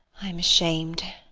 i am ashamed.